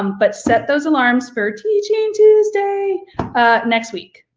um but set those alarms for teaching tuesday next week.